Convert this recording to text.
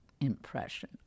impression